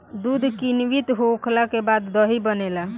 दूध किण्वित होखला के बाद दही बनेला